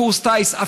לקורס טיס?